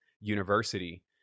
university